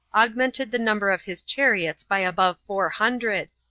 augmented the number of his chariots by above four hundred,